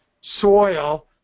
soil